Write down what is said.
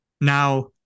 Now